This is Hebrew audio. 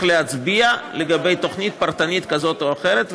להצביע לגבי תוכנית פרטנית כזאת או אחרת,